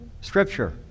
Scripture